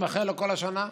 הוא מאחר לכל השנה?